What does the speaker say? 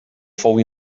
fou